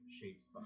shapes